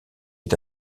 est